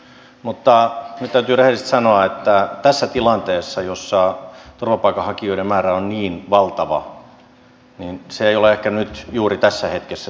mutta nyt täytyy rehellisesti sanoa että tässä tilanteessa jossa turvapaikanhakijoiden määrä on niin valtava se ei ole ehkä nyt juuri tässä hetkessä se oikea ratkaisu